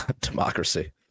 democracy